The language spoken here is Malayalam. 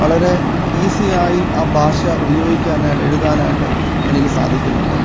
വളരെ ഈസിയായി ആ ഭാഷ ഉപയോഗിക്കാനായിട്ട് എഴുതാനായിട്ട് എനിക്ക് സാധിക്കുന്നുണ്ട്